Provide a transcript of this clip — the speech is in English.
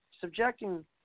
subjecting